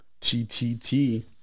T-T-T